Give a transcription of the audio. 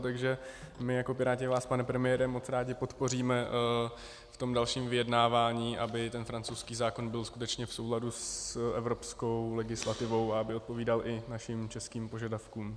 Takže my jako Piráti vás, pane premiére, moc rádi podpoříme v dalším vyjednávání, aby ten francouzský zákon byl skutečně v souladu s evropskou legislativou a aby odpovídal i našim českým požadavkům.